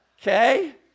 Okay